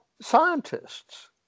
scientists